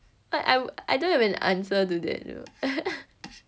I I I don't have an answer to that you know